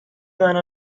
منو